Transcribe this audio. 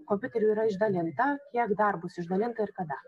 kompiuteriu yra išdalinta kiek dar bus išdalinta ir kada